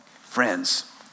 Friends